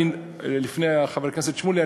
לפני חבר הכנסת שמולי,